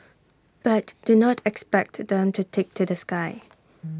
but do not expect them to take to the sky